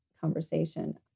conversation